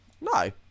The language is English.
No